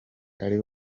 ari